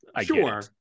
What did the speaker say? sure